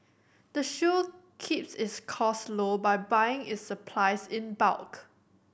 the shop keeps its cost low by buying its supplies in bulk